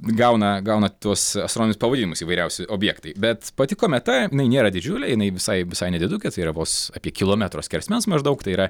gauna gauna tuos astronominius pavadinimus įvairiausi objektai bet pati kometa jinai nėra didžiulė jinai visai visai nedidukė tai yra vos apie kilometro skersmens maždaug tai yra